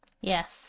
yes